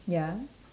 ya